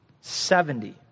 Seventy